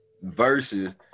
Versus